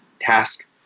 task